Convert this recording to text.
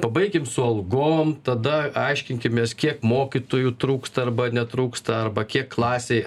pabaikim su algom tada aiškinkimės kiek mokytojų trūksta arba netrūksta arba kiek klasei